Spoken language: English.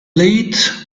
late